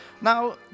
Now